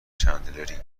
چندلری